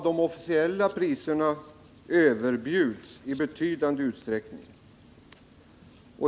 De officiella priserna överbjuds i betydande utsträckning.